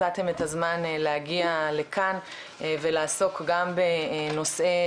מצאתם את הזמן להגיע לכאן ועסוק גם בנושאי